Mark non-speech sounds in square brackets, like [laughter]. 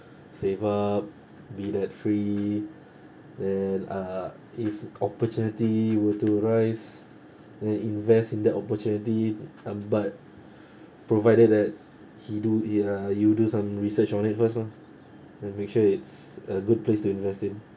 save up be debt free then uh if opportunity were to rise then invest in the opportunity uh but [breath] provided that he do uh you do some research on it first loh and make sure it's a good place to invest in